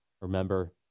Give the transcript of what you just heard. Remember